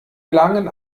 langen